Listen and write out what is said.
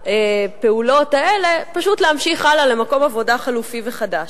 הפעולות האלה פשוט להמשיך הלאה למקום עבודה חלופי וחדש.